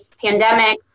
pandemic